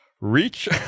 Reach